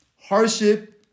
hardship